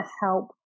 help